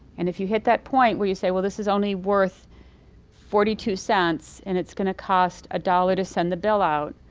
and if you hit that point, well you say, well, this is only worth forty two cents and it's going to cost a dollar to send the bill out.